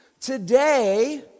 Today